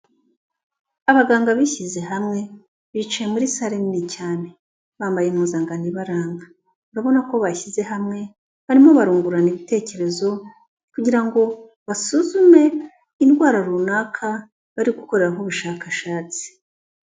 Abaganga bishyize hamwe, bicaye muri salle nini cyane, bambaye impuzankano ibaranga, urabona ko bashyize hamwe, barimo barungurana ibitekerezo, kugira ngo basuzume indwara runaka bari gukoreraho ubushakashatsi.